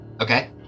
Okay